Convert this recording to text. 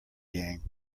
gang